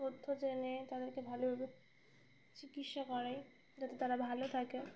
তথ্য জেনে তাদেরকে ভালোভাবে চিকিৎসা করাই যাতে তারা ভালো থাকে